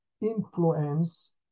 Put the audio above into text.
influence